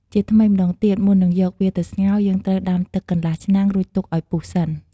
ជាថ្មីម្ដងទៀត មុននឹងយកវាទៅស្ងោរ យើងត្រូវដាំទឹកកន្លះឆ្នាំង រួចទុកឱ្យពុះសិន។